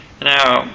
Now